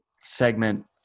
segment